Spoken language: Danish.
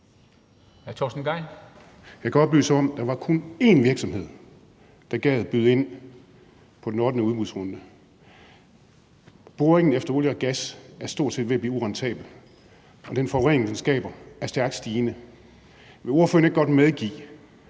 Jeg kan oplyse om, at der kun var én virksomhed, der gad byde ind på den ottende udbudsrunde. Boringen efter olie og gas er stort set ved at blive urentabel, og den forurening, den skaber, er stærkt stigende. Vil ordføreren ikke godt medgive,